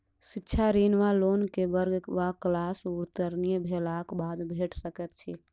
शिक्षा ऋण वा लोन केँ वर्ग वा क्लास उत्तीर्ण भेलाक बाद भेट सकैत छी?